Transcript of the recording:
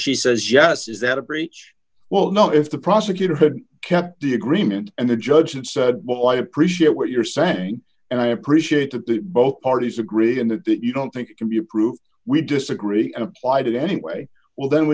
she says yes is that a breach well no if the prosecutor had kept the agreement and the judge said well i appreciate what you're saying and i appreciate that the both parties agree on that that you don't think it can be approved we disagree and applied it anyway well then